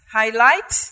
highlight